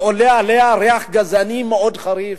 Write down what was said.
שעולה ממנה ריח גזעני מאוד חריף.